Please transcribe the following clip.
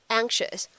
anxious